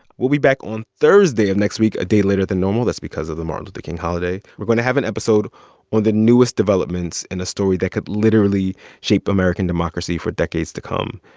we'll be back on thursday of next week, a day later than normal. that's because of the martin luther king holiday. we're going to have an episode on the newest developments in a story that could literally shape american democracy for decades to come.